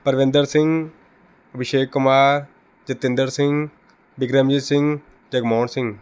ਪਰਵਿੰਦਰ ਸਿੰਘ ਅਭਿਸ਼ੇਕ ਕੁਮਾਰ ਜਤਿੰਦਰ ਸਿੰਘ ਬਿਕਰਮਜੀਤ ਸਿੰਘ ਅਤੇ ਮੋਹਨ ਸਿੰਘ